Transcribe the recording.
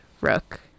Rook